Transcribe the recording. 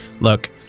Look